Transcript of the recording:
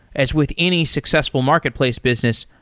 as with any successful marketplace business,